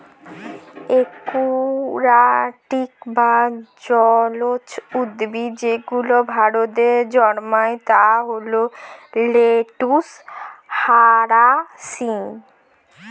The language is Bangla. একুয়াটিক বা জলজ উদ্ভিদ যেগুলো ভারতে জন্মায় তা হল লেটুস, হায়াসিন্থ